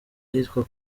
ahitwa